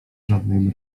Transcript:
żadnej